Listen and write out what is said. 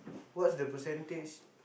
what's the percentage